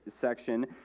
section